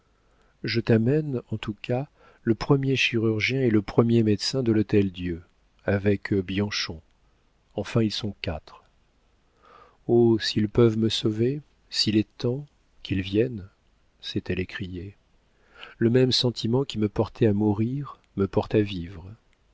dit je t'amène en tout cas le premier chirurgien et le premier médecin de l'hôtel-dieu avec bianchon enfin ils sont quatre oh s'ils peuvent me sauver s'il est temps qu'ils viennent s'est-elle écriée le même sentiment qui me portait à mourir me porte à vivre